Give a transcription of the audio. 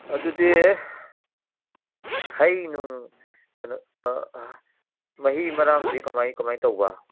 ꯑꯗꯨꯗꯤ ꯍꯩ ꯅꯨꯡ ꯃꯍꯤ ꯃꯔꯥꯡꯗꯤ ꯀꯃꯥꯏ ꯀꯃꯥꯏ ꯇꯧꯕ